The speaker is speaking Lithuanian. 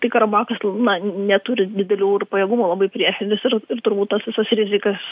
tai karabakas na neturi didelių ir pajėgumų labai priešintis ir ir turbūt tas visas rizikas